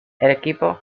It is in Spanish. equipo